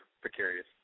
precarious